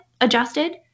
adjusted